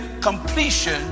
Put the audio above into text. completion